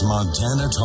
Montana